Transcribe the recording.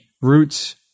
roots